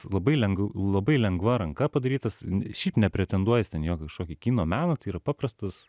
labai lengv labai lengva ranka padarytas šiaip nepretenduoja jis ten į jokį kažkokį kino meną tai yra paprastas